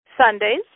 Sundays